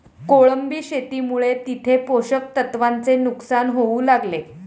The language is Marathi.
कोळंबी शेतीमुळे तिथे पोषक तत्वांचे नुकसान होऊ लागले